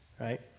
right